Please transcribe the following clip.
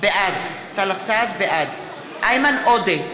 בעד איימן עודה,